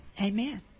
Amen